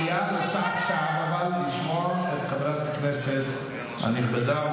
רוצה עכשיו לשמוע את חברת הכנסת הנכבדה.